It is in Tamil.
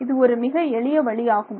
இது ஒரு மிக எளிய வழியாகும்